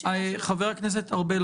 חבר הכנסת ארבל,